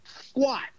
squat